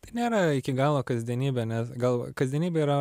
tai nėra iki galo kasdienybė nes gal kasdienybė yra